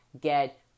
get